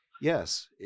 Yes